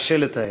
קשה לתאר.